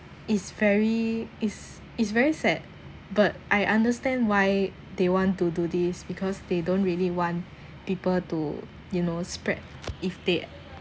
is very is is very sad but I understand why they want to do this because they don't really want people to you know spread if they